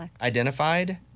identified